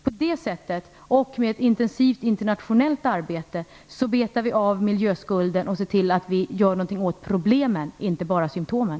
På det sättet och med ett intensivt internationellt arbete betar vi av miljöskulden och ser till att vi gör något åt problemen - inte bara symtomen.